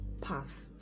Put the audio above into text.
path